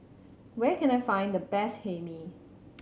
where can I find the best Hae Mee